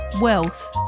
Wealth